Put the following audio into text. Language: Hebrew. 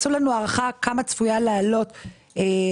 לעשות לנו הערכה כמה צפויה לעלות ההוצאה